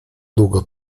długo